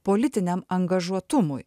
politiniam angažuotumui